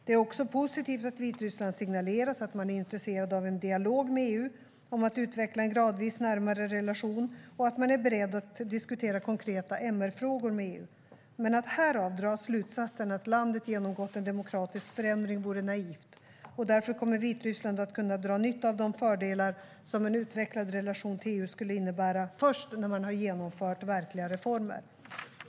Det är också positivt att Vitryssland signalerat att man är intresserad av en dialog med EU om att utveckla en gradvis närmare relation och att man är beredd att diskutera konkreta MR-frågor med EU. Men att härav dra slutsatsen att landet genomgått en demokratisk förändring vore naivt. Därför kommer Vitryssland att kunna dra nytta av de fördelar som en utvecklad relation till EU skulle innebära först när man har genomfört verkliga reformer.